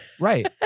Right